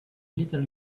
little